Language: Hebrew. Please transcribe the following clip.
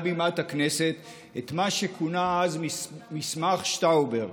בימת הכנסת את מה שכונה אז מסמך שטאובר.